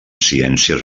ciències